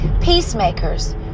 Peacemakers